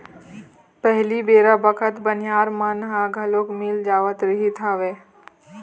पहिली बेरा बखत बनिहार मन ह घलोक मिल जावत रिहिस हवय